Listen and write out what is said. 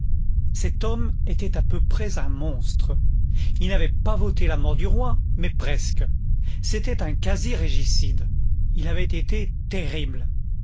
cet homme était à peu près un monstre il n'avait pas voté la mort du roi mais presque c'était un quasi régicide il avait été terrible